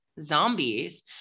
zombies